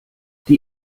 die